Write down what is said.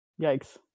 yikes